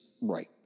right